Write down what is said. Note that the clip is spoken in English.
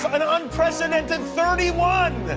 um an unprecedented thirty one!